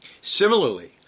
Similarly